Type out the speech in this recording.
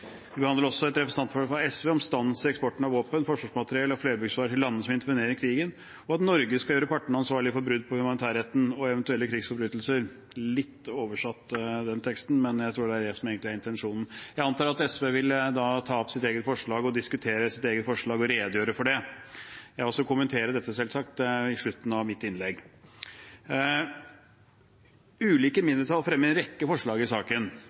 Vi behandler også et representantforslag fra SV om stans i eksporten av våpen, forsvarsmateriell og flerbruksvarer til landene som intervenerer i Jemen, og at Norge skal gjøre partene ansvarlige for brudd på humanitærretten og eventuelle krigsforbrytelser. Jeg har omformulert den teksten litt, men jeg tror det er det som egentlig er intensjonen. Jeg antar at SV vil ta opp sitt eget forslag og diskutere og redegjøre for det. Jeg vil selvsagt kommentere dette på slutten av mitt innlegg. Ulike mindretall fremmer en rekke forslag i saken.